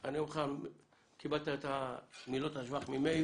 אני מברכת את הוועדה על הדיון